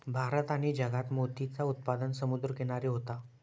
भारत आणि जगात मोतीचा उत्पादन समुद्र किनारी होता